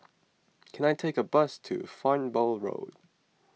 can I take a bus to Farnborough